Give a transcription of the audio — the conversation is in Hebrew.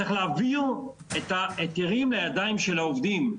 צריך להעביר את ההיתרים לידיים של העובדים,